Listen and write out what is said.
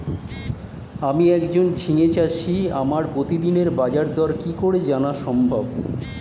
আমি একজন ঝিঙে চাষী আমি প্রতিদিনের বাজারদর কি করে জানা সম্ভব?